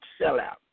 sellout